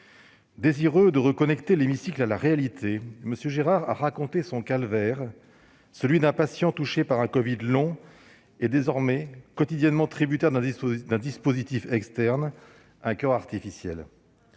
Désireux de reconnecter l'hémicycle à la réalité, M. Gérard a raconté son calvaire, celui d'un patient touché par un covid long et désormais quotidiennement tributaire d'un dispositif externe, d'un coeur artificiel